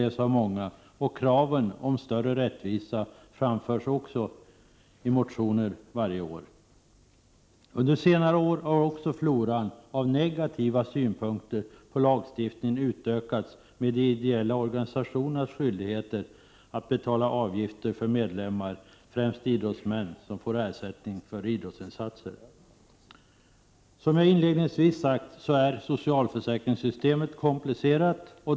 Kraven på större rättvisa framförs också i motioner varje år. Under senare år har också floran av negativa synpunkter på lagstiftningen utökats med påpekanden om de ideella organisationernas skyldigheter att betala avgifter för medlemmar, främst idrottsmän som får ersättning för idrottsinsatser. Som jag sade inledningsvis är socialförsäkringssystemet komplicerat.